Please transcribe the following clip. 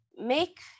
make